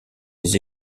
des